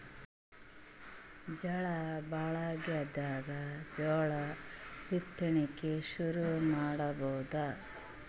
ಝಳಾ ಭಾಳಾಗ್ಯಾದ, ಜೋಳ ಬಿತ್ತಣಿಕಿ ಶುರು ಮಾಡಬೋದ?